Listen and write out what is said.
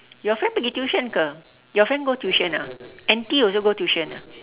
your friend pergi tuition ke your friend go tuition ah N_T also go tuition ah